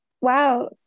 Wow